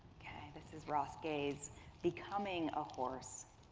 this is ross gay's becoming a horse.